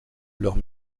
leurs